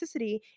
toxicity